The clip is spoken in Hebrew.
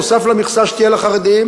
נוסף על המכסה שתהיה לחרדים,